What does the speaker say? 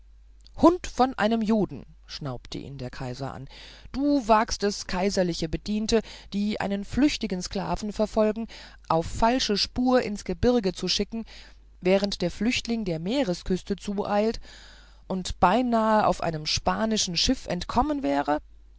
hund von einem juden schnaubte ihn der kaiser an du wagst es kaiserliche bediente die einen flüchtigen sklaven verfolgen auf falsche spur ins gebirge zu schicken während der flüchtling der meeresküste zueilt und beinahe auf einem spanischen schiffe entkommen wäre